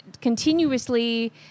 continuously